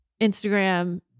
Instagram